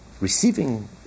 Receiving